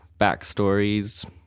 backstories